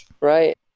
Right